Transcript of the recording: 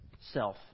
Self